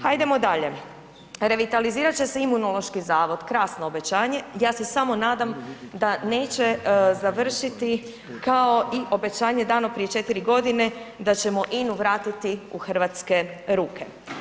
Hajdemo dalje, revitalizirat će se Imunološki zavod, krasno obećanje, ja se samo nadam da neće završiti kao i obećanje dano prije četiri godine da ćemo INA-u vratiti u hrvatske ruke.